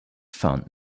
found